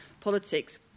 politics